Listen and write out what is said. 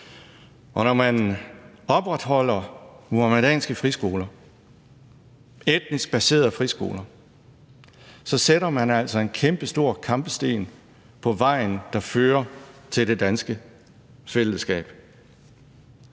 Og når man opretholder muhammedanske friskoler, etnisk baserede friskoler, sætter man altså en kæmpestor kampesten på vejen, der fører til det danske fællesskab.